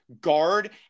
Guard